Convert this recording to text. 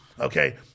Okay